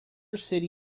city